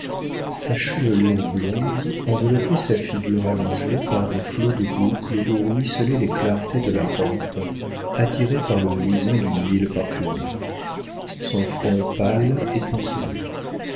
sa chevelure blonde enveloppait sa figure allongée par des flots de boucles où ruisselaient les clartés de la rampe attirées par le luisant d'une huile parfumée son front pâle étincelait